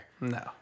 No